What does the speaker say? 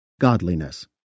godliness